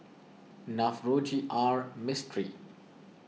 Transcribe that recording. Navroji R Mistri